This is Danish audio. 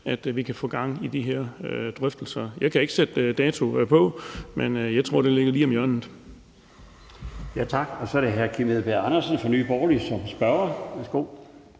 at vi kan få gang i de her drøftelser. Jeg kan ikke sætte dato på, men jeg tror, det ligger lige om hjørnet. Kl. 18:14 Den fg. formand (Bjarne Laustsen): Tak. Så er det hr. Kim Edberg Andersen fra Nye Borgerlige som spørger. Værsgo.